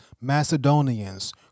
Macedonians